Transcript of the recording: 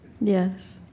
Yes